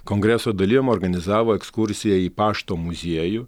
kongreso dalyviam suorganizavo ekskursiją į pašto muziejų